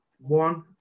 one